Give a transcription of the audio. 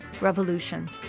Revolution